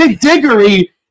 Diggory